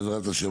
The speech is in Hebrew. בעזרת השם.